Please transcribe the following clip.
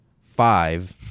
five